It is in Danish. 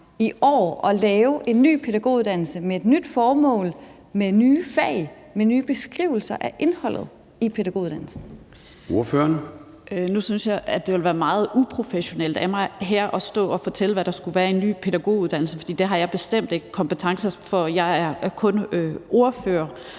i år at lave en ny pædagoguddannelse med et nyt formål, med nye fag ug med nye beskrivelser af indholdet i pædagoguddannelsen? Kl. 10:34 Formanden (Søren Gade): Ordføreren. Kl. 10:34 Karin Liltorp (M): Nu synes jeg, det ville være meget uprofessionelt af mig at stå her og fortælle, hvad der skulle være i en ny pædagoguddannelse, for det har jeg bestemt ikke kompetencer til. Jeg er kun ordfører